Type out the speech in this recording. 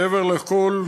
מעבר לכול,